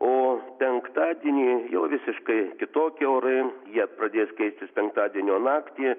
o penktadienį jau visiškai kitokie orai jie pradės keistis penktadienio naktį